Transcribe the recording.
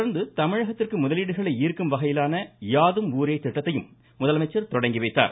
தொடா்ந்து தமிழகத்திற்கு முதலீடுகளை ஈர்க்கும் வகையிலான யாதும் ஊரே திட்டத்தையும் முதலமைச்சர் தொடங்கி வைத்தார்